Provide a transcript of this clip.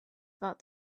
about